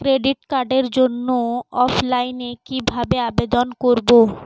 Credit কার্ডের জন্য অফলাইনে কিভাবে আবেদন করব?